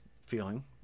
feeling